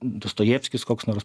dostojevskis koks nors